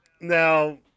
Now